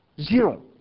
Zero